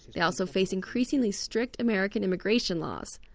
they also face increasingly strict american immigration laws.